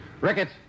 Ricketts